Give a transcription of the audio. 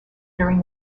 during